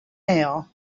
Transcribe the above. mail